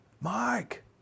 Mike